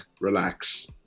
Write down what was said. relax